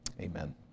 Amen